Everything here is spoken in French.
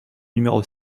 numéro